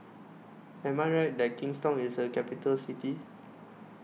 Am I Right that Kingstown IS A Capital City